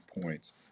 points